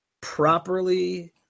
properly